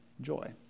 joy